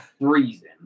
freezing